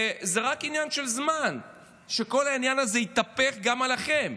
וזה רק עניין של זמן שכל העניין הזה יתהפך גם עליכם.